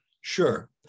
Sure